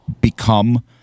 become